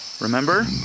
Remember